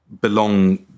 belong